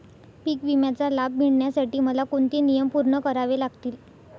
पीक विम्याचा लाभ मिळण्यासाठी मला कोणते नियम पूर्ण करावे लागतील?